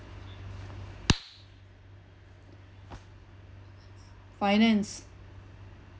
finance